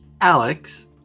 Alex